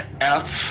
out